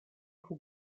who